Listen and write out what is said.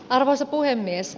arvoisa puhemies